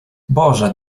boże